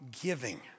giving